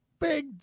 Big